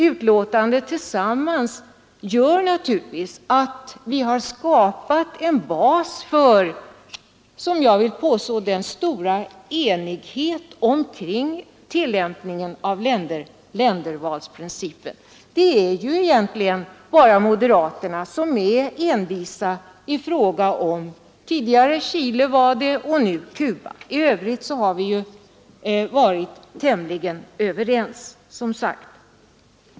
Allt det som anförts i utlåtandet visar att vi har skapat en bas för den — det vill jag påstå — stora enigheten kring tillämpningen av ländervalsprincipen. Det är egentligen bara moderaterna som är envisa i fråga om tidigare Chile och nu Cuba. I övrigt har vi varit tämligen överens.